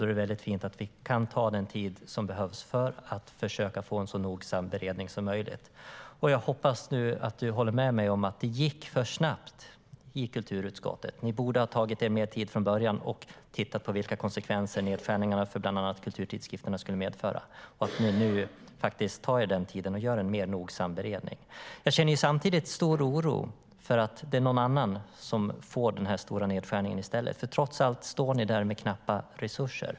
Då är det mycket fint att vi kan ta den tid som behövs för att försöka få en så noggrann beredning som möjligt. Jag hoppas att du håller med mig om att det gick för snabbt i kulturutskottet. Ni borde ha tagit er mer tid från början och tittat på vilka konsekvenser nedskärningarna för bland annat kulturtidskrifterna skulle medföra. Jag hoppas att ni nu tar er den tiden och gör en mer noggrann beredning. Jag känner samtidigt stor oro för att denna stora nedskärning ska drabba någon annan. Trots allt står ni där med knappa resurser.